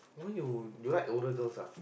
why you you like older girls ah